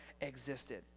existed